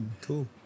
Cool